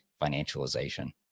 financialization